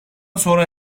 sonra